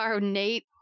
nate